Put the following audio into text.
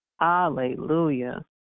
hallelujah